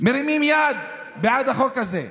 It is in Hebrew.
מרימים יד בעד החוק הזה.